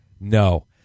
no